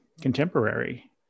Contemporary